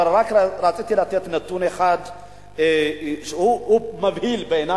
אבל רק רציתי לתת נתון אחד שהוא מבהיל בעיני